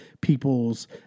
people's